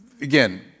again